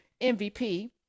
MVP